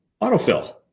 autofill